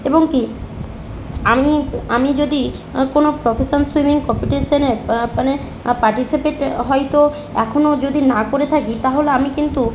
এবং কী আমি আমি যদি কোনো প্রফেশন সুইমিং কম্পিটিশনের মানে পার্টিসিপেট হয়তো এখনও যদি না করে থাকি তাহলে আমি কিন্তু